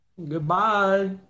Goodbye